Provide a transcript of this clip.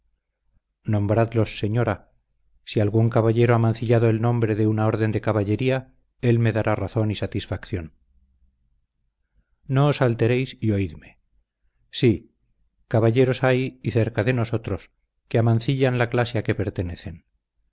nombradlos señora si algún caballero ha mancillado el nombre de una orden de caballería él me dará razón y satisfacción no os alteréis y oídme sí caballeros hay y cerca de nosotros que amancillan la clase a que pertenecen